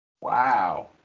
Wow